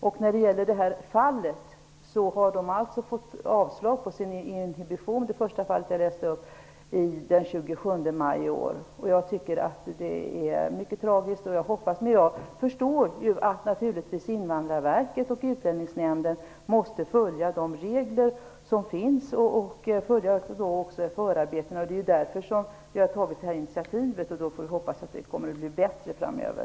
I det första fallet som jag relaterade har makarna alltså fått avslag på ansökan om inhibition den 27 maj i år. Jag tycker att det är mycket tragiskt. Jag förstår att Invandrarverket och Utlänningsnämnden måste följa de regler som finns och också följa förarbetena till lagen. Det är därför som utskottet har tagit initiativet, och jag hoppas att situationen kommer att bli bättre framöver.